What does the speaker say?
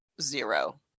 zero